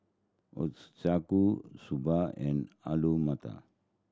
Ochazuke Soba and Alu Matar